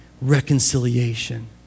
Reconciliation